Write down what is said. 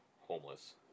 homeless